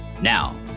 Now